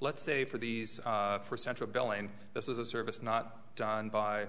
let's say for these for central bell and this is a service not done by